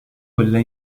quella